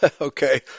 okay